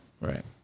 Right